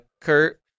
Kurt